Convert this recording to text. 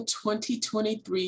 2023